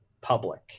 public